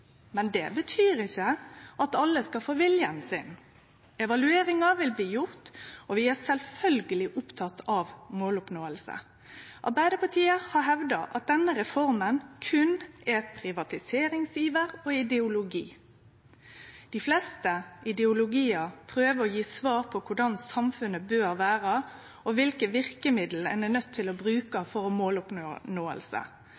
men det betyr ikkje at alle skal få viljen sin. Evalueringar vil bli gjorde, og vi er sjølvsagt opptekne av måloppnåing. Arbeidarpartiet har hevda at denne reforma berre er privatiseringsiver og ideologi. Dei fleste ideologiar prøver å gje svar på korleis samfunnet bør vere, og kva for verkemiddel ein er nøydd til å